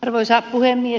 arvoisa puhemies